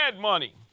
money